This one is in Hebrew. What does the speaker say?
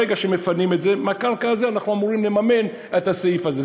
ברגע שמפנים מהקרקע אנחנו אמורים לממן את הסעיף הזה.